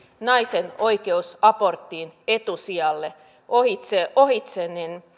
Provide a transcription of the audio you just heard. naisen oikeus aborttiin etusijalle ohitse ohitse